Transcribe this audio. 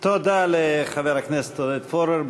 תודה לחבר הכנסת עודד פורר.